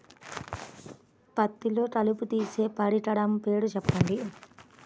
పత్తిలో కలుపు తీసే పరికరము పేరు చెప్పండి